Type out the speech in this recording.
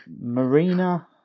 Marina